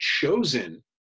chosen